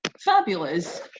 Fabulous